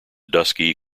dusky